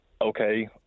Okay